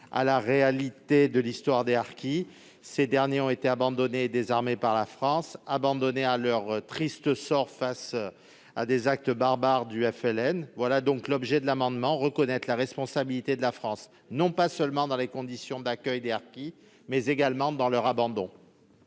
fidèles à l'histoire des harkis. Ces derniers ont été abandonnés, désarmés par la France, laissés à leur triste sort face aux actes barbares du FLN. Tel est donc l'objet de cet amendement : reconnaître la responsabilité de la France, non seulement dans les conditions d'accueil des harkis, mais également dans leur abandon.